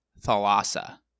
thalassa